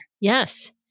Yes